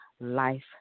life